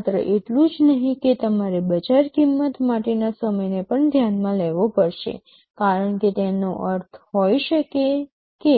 માત્ર એટલું જ નહીં કે તમારે બજાર કિંમત માટેના સમયને પણ ધ્યાનમાં લેવો પડશે કારણ કે તેનો અર્થ હોઈ શકે કે